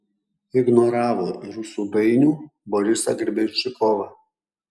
ignoravo ir rusų dainių borisą grebenščikovą